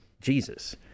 Jesus